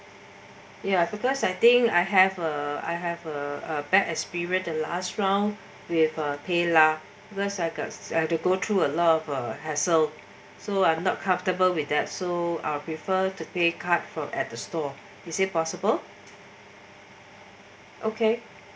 ya because I think I have uh I have uh bad experience last round with PayLah because I have to go through a lot of hassle so I am not comfortable with that so I prefer to pay card at store is that possible okay